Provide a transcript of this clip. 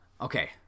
Okay